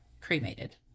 cremated